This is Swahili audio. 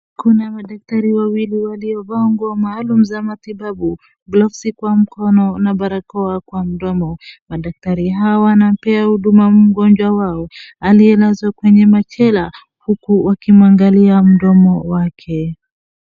Kuna madaktari wawili waliovaa nguo maalum za matibabu, glovsi kwa mkono na barakoa kwa mdomo, madaktari hawa wanampea huduma mgonjwa wao aliyelazwa kwenye machela, huku wakimwangalia mdomo wake.